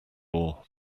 law